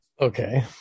okay